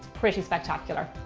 pretty spectacular.